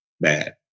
bad